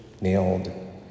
nailed